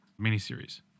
miniseries